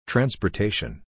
Transportation